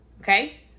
okay